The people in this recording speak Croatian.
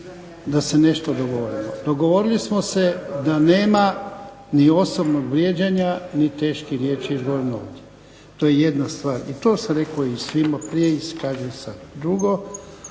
da se nešto dogovorimo. Dogovorili smo se da nema ni osobnog vrijeđanja ni teških riječi …/Govornik se ne razumije./… to je jedna stvar i to sam rekao i svima prije i kažem sad. Drugo,